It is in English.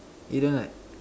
you don't like